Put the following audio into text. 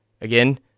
Again